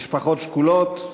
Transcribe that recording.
משפחות שכולות,